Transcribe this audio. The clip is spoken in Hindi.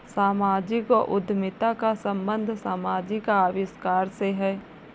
सामाजिक उद्यमिता का संबंध समाजिक आविष्कार से है